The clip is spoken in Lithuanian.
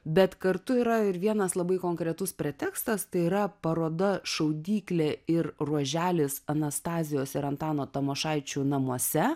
bet kartu yra ir vienas labai konkretus pretekstas tai yra paroda šaudyklė ir ruoželis anastazijos ir antano tamošaičių namuose